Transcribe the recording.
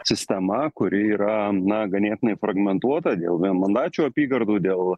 sistema kuri yra na ganėtinai fragmentuota dėl vienmandačių apygardų dėl